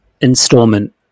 installment